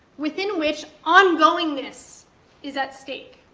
within which ongoing-ness is at stake.